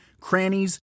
crannies